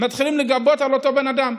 מתחילים לגבות את אותו בן אדם.